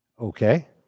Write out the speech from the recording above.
Okay